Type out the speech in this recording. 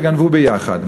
וגנבו ביחד.